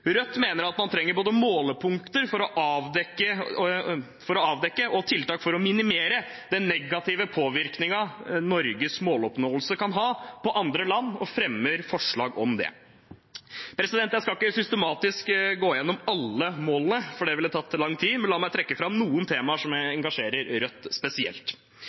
Rødt mener at man trenger både målepunkter for å avdekke og tiltak for å minimere den negative påvirkningen Norges måloppnåelse kan ha på andre land, og fremmer forslag om det. Jeg skal ikke systematisk gå gjennom alle målene, for det ville tatt lang tid, men la meg trekke fram noen temaer som engasjerer Rødt spesielt.